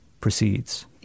proceeds